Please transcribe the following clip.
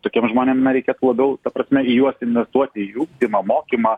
tokiem žmonėm na reikėtų labiau ta prasme į juos investuoti į ugdymą mokymą